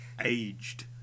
aged